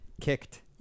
kicked